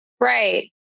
Right